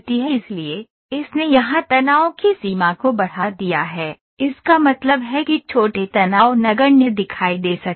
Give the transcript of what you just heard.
इसलिए इसने यहां तनाव की सीमा को बढ़ा दिया है इसका मतलब है कि छोटे तनाव नगण्य दिखाई दे सकते हैं